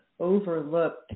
overlooked